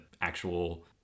actual